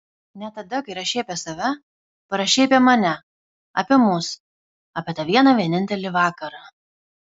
net tada kai rašei apie save parašei apie mane apie mus apie tą vieną vienintelį vakarą